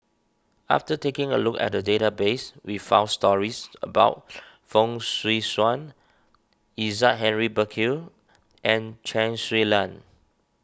after taking a look at the database we found stories about Fong Swee Suan Isaac Henry Burkill and Chen Su Lan